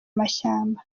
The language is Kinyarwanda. mashyamba